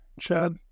Chad